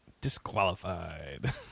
Disqualified